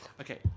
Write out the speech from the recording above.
Okay